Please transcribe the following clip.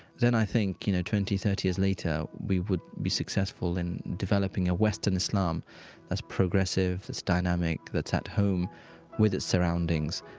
then i think, you know, twenty or thirty years later, we would be successful in developing a western islam that's progressive, that's dynamic, that's at home with its surroundings,